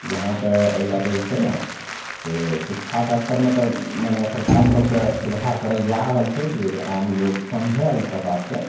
यहाँ तऽ एहि लैके जे छै ने से शिक्षाके अस्तरमे तऽ मने सरकार तरफसे सुधार करल जा रहल छै जे आमलोक समझै ईसब बातकेँ